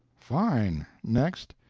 fine! next!